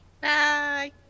Bye